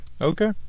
okay